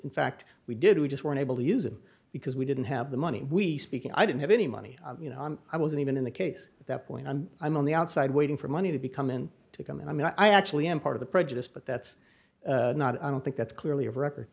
in fact we did we just weren't able to use it because we didn't have the money we speaking i didn't have any money you know i wasn't even in the case that point i'm on the outside waiting for money to become in to come in i mean i actually am part of the prejudice but that's not i don't think that's clearly of record